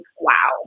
wow